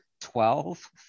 twelve